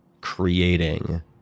creating